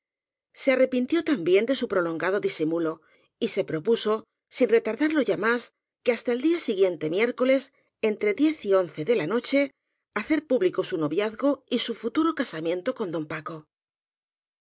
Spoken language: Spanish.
arrepin tió también de su prolongado disimulo y se píopuso sin retardarlo ya más que hasta el día si guiente miércoles entre diez y once de la noche hacer público su noviazgo y su futuro casaniiento con don paco